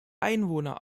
einwohner